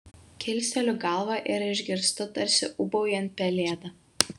kilsteliu galvą ir išgirstu tarsi ūbaujant pelėdą